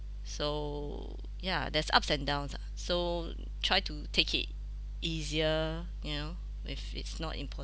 so ya there's ups and downs so try to take it easier you know with it's not important